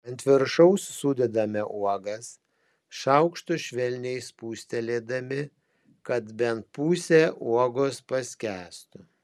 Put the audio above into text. ant viršaus sudedame uogas šaukštu švelniai spustelėdami kad bent pusė uogos paskęstų